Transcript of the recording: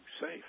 safe